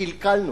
קלקלנו.